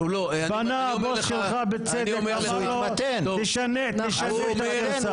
הבוס שלך בצדק אמר לי: תשנה את הגרסה.